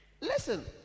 listen